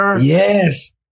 Yes